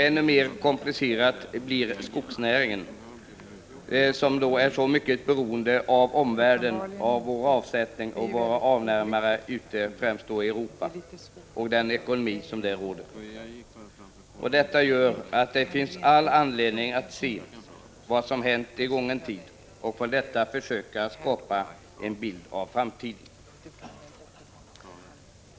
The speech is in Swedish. Ännu mer komplicerad blir skogsnäringen, som i så hög grad är beroende av omvärlden, av sina avsättningsförhållanden, främst med tanke på avnämarna ute i Europa och deras ekonomiska situation. Det finns därför all anledning att se vad som hänt i gången tid och att med hjälp av detta försöka skapa en bild av framtiden.